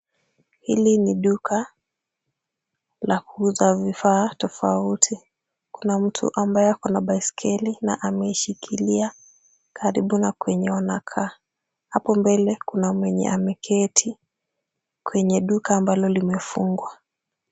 Hili ni duka la kuuza vifaa tofauti tofauti. Kuna mtu ambaye ako na baiskeli na ameishikilia karibu na kwenye wanakaa. Hapo mbele kuna mwenye ameketi kwenye duka ambalo limefungwa.